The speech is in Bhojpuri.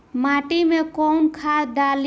माटी में कोउन खाद डाली?